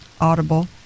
Audible